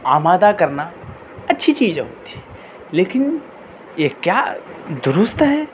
آمادہ کرنا اچھی چیز ہوتی ہے لیکن یہ کیا درست ہے